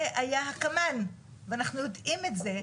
זה היה הקמ"ן, ואנחנו יודעים את זה.